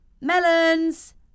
Melons